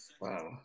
Wow